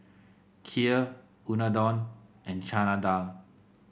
Kheer Unadon and Chana Dal